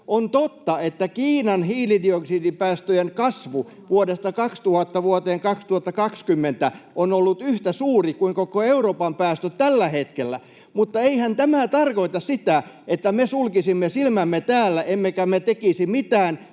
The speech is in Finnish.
On totta, että Kiinan hiilidioksidipäästöjen kasvu vuodesta 2000 vuoteen 2020 on ollut yhtä suurta kuin koko Euroopan päästöt tällä hetkellä, mutta eihän tämä tarkoita sitä, että me sulkisimme silmämme täällä emmekä tekisi mitään,